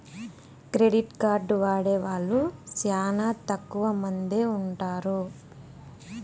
credit card వాడే వాళ్ళు శ్యానా తక్కువ మందే ఉంటారు